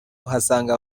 uhasanga